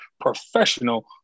professional